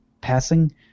passing